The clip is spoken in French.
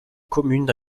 commune